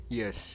yes